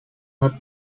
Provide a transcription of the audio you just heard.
not